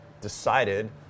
decided